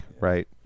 right